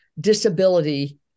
disability